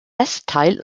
westteil